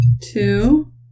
two